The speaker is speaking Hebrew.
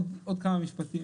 עוד כמה משפטים.